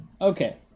Okay